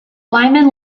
lyman